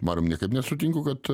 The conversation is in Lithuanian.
mariumi niekaip nesutinku kad